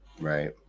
right